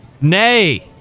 Nay